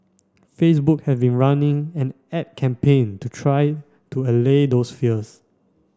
Facebook have been running an ad campaign to try to allay those fears